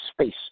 space